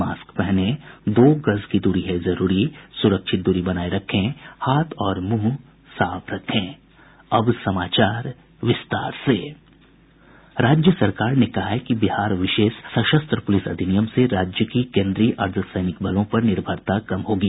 mask पहनें दो गज दूरी है जरूरी सुरक्षित दूरी बनाये रखें हाथ और मुंह साफ रखें अब समाचार विस्तार से राज्य सरकार ने कहा है कि बिहार विशेष सशस्त्र पूलिस अधिनियम से राज्य की केन्द्रीय अर्द्वसैनिक बलों पर निर्भरता कम होगी